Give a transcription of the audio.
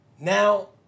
Now